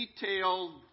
detailed